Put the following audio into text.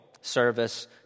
service